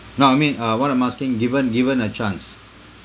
no I mean uh what I'm asking given given a chance